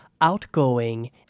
outgoing